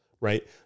right